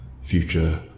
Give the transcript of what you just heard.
future